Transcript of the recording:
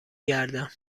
گردم